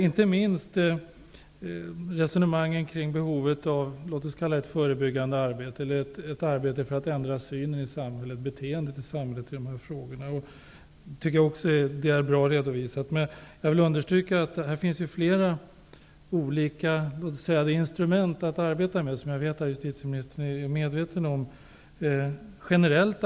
Inte minst resonemanget kring behovet av ett förebyggande arbete eller ett arbete för att ändra synen och beteendet i samhället när det gäller dessa frågor är bra redovisat. Men jag vill framhålla att det finns flera olika instrument att generellt arbeta med mot det sexuella våldet. Jag vet att justitieministern är medveten om detta.